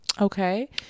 Okay